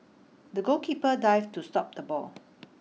the goalkeeper dived to stop the ball